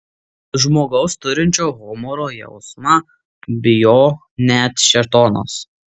žmogaus turinčio humoro jausmą bijo net šėtonas